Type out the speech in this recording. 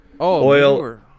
Oil